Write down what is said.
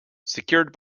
secured